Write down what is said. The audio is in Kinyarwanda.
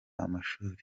amashuri